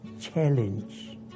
challenge